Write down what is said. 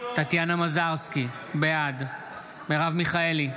טטיאנה מזרסקי, בעד מרב מיכאלי,